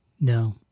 No